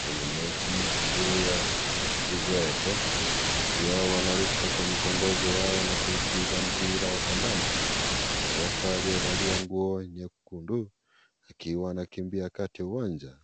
Kwenye mechi iliyo ya viwete wakiwa wanaruka kwa mikongojo yao na kuipiga mpira ya kandanda na refa aliyevalia nguo nyekundu akiwa anakimbia kati ya uwanja